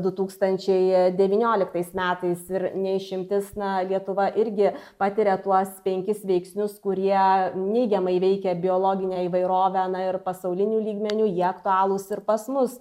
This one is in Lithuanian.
du tūkstančiai devynioliktais metais ir ne išimtis na lietuva irgi patiria tuos penkis veiksnius kurie neigiamai veikia biologinę įvairovę na ir pasauliniu lygmeniu jie aktualūs ir pas mus